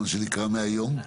מהיום.